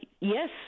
yes